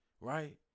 right